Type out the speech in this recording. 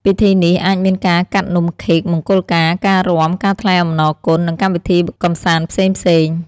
ពិធីនេះអាចមានការកាត់នំខេកមង្គលការ ការរាំ ការថ្លែងអំណរគុណ និងកម្មវិធីកម្សាន្តផ្សេងៗ ។